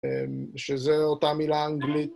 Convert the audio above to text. שזה אותה מילה אנגלית